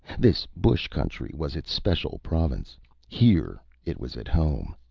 this bush country was its special province here it was at home.